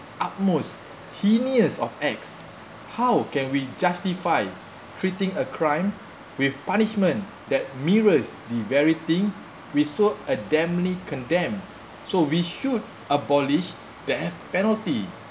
utmost heinous of acts how can we justify treating a crime with punishment that mirrors the very thing we so adamantly condemn so we should abolish death penalty